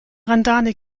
randale